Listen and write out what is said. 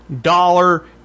dollar